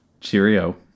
cheerio